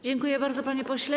Dziękuję bardzo, panie pośle.